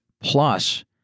plus